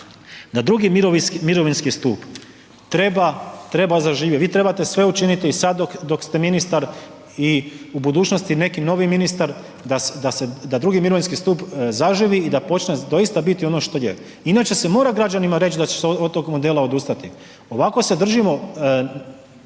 da drugi mirovinski stup treba zaživjeti. Vi trebate sve učiniti sada dok ste ministar i u budućnosti neki novi ministar da drugi mirovinski stup zaživi i da počne doista biti ono što je, inače se mora građanima reći da će se od tog modela odustati. Ovako se držimo,